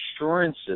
insurances